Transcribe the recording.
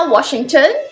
Washington